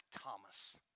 Thomas